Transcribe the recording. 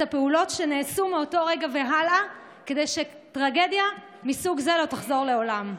הפעולות שנעשו מאותו רגע והלאה כדי שטרגדיה מסוג זה לא תחזור לעולם.